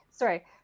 Sorry